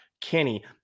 Kenny